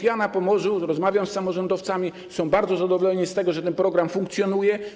Ja na Pomorzu rozmawiam z samorządowcami, są bardzo zadowoleni z tego, że ten program funkcjonuje.